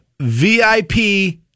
VIP